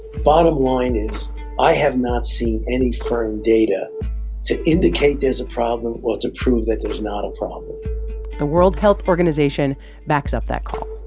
bottom line is i have not seen any firm data to indicate there's a problem or to prove that there's not a problem the world health organization backs up that call.